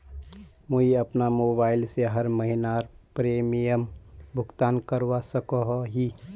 मुई अपना मोबाईल से हर महीनार प्रीमियम भुगतान करवा सकोहो ही?